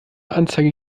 anzeige